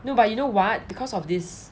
no but you know what because of this